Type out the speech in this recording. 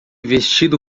vestido